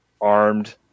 armed